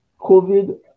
COVID